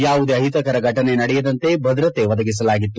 ಯಾವುದೇ ಅಹಿತಕರ ಫಟನೆ ನಡೆಯದಂತೆ ಭದ್ರತೆ ಒದಗಿಸಲಾಗಿತ್ತು